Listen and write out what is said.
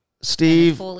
Steve